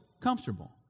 comfortable